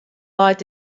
leit